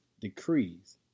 decrees